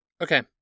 Okay